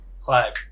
Clive